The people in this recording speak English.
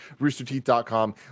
roosterteeth.com